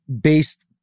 based